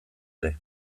ere